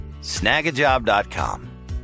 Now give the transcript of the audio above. Snagajob.com